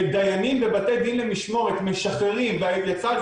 ודיינים בבתי דין למשמורת משחררים ויצא על